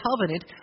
Covenant